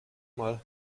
mal